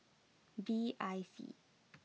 B I C